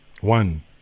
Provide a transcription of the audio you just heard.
One